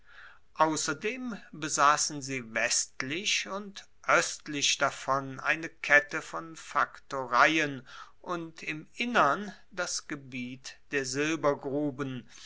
ausserdem besassen sie westlich und oestlich davon eine kette von faktoreien und im innern das gebiet der